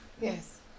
Yes